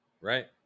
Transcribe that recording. Right